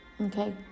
okay